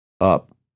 up